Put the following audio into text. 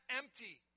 empty